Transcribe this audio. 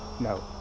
No